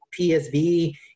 PSV